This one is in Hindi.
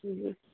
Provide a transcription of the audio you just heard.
जी